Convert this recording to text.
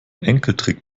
enkeltrick